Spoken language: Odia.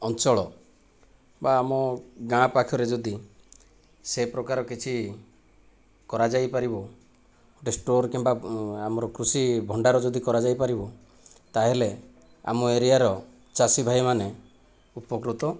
ଅଞ୍ଚଳ ବା ଆମ ଗାଁ ପାଖରେ ଯଦି ସେ ପ୍ରକାର କିଛି କରାଯାଇପାରିବ ଗୋଟିଏ ଷ୍ଟୋର କିମ୍ବା ଆମର କୃଷି ଭଣ୍ଡାର ଯଦି କରାଯାଇପାରିବ ତାହେଲେ ଆମ ଏରିଆର ଚାଷୀ ଭାଇମାନେ ଉପକୃତ